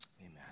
Amen